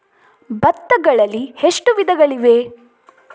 ಭತ್ತಗಳಲ್ಲಿ ಎಷ್ಟು ವಿಧಗಳಿವೆ?